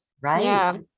Right